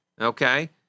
okay